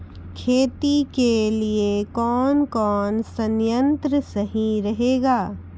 खेती के लिए कौन कौन संयंत्र सही रहेगा?